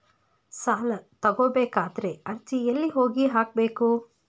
ಸಾಲ ತಗೋಬೇಕಾದ್ರೆ ಅರ್ಜಿ ಎಲ್ಲಿ ಹೋಗಿ ಹಾಕಬೇಕು?